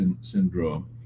syndrome